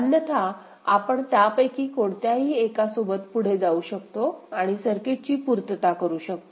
अन्यथा आपण त्यापैकी कोणत्याही एका सोबत पुढे जाऊ शकतो आणि सर्किट ची पूर्तता करू शकतो